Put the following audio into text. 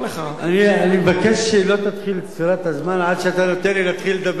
אני מבקש שלא תתחיל את ספירת הזמן עד שאתה נותן לי להתחיל לדבר לפחות.